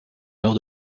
nord